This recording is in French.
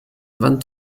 vingt